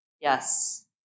Yes